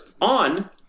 on